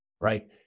right